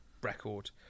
record